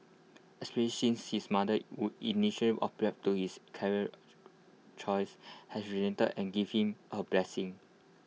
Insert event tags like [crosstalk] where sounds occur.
especially since his mother who initia [unintelligible] to his career [unintelligible] choice has relented and give him A blessings